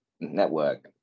Network